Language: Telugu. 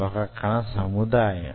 ఒక సముదాయము